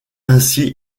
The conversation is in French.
ainsi